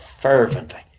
fervently